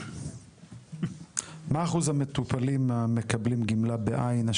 מה אחוז המטופלים המקבלים גמלה בעין,